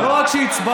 לא רק שהצבעת,